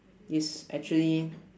it's actually